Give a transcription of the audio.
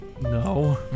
No